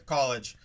College